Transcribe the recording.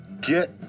Get